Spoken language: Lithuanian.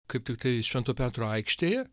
kaip tik tai švento petro aikštėje